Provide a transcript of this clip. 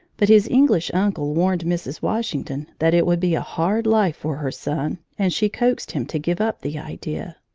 but his english uncle warned mrs. washington that it would be a hard life for her son, and she coaxed him to give up the idea.